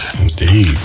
Indeed